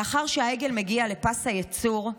לאחר שהעגל מגיע לפס הייצור,